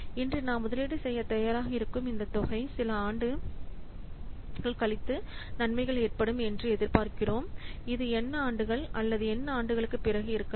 இன்று நாம் முதலீடு செய்யத் தயாராக இருக்கும் இந்தத் தொகை சில நன்மைகள் ஏற்படும் என்று எதிர்பார்க்கிறோம் இது n ஆண்டுகள் அல்லது n ஆண்டுகளுக்குப் பிறகு இருக்கலாம்